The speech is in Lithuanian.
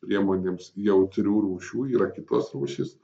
priemonėms jautrių rūšių yra kitos rūšys